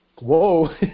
whoa